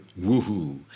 woohoo